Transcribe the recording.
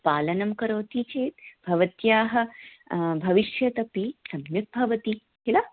पालनं करोति चेत् भवत्याः भविष्यदपि सम्यक् भवति किल